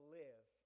live